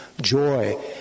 joy